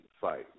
fight